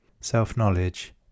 self-knowledge